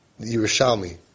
Yerushalmi